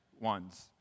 ones